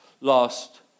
last